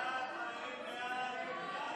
הסתייגות 2 לא נתקבלה.